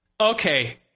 Okay